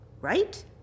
right